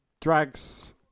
drags